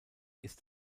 ist